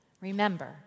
Remember